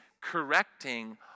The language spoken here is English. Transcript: correcting